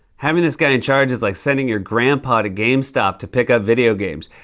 having this guy in charge is like sending your grandpa to gamestop to pick up video games.